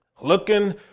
looking